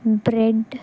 bread